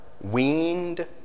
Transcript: weaned